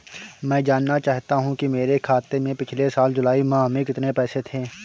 मैं जानना चाहूंगा कि मेरे खाते में पिछले साल जुलाई माह में कितने पैसे थे?